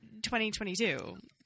2022